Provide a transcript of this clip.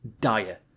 dire